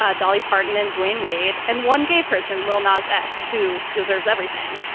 ah dolly parton and dwayne wade and one gay person, lonas x who deserves everything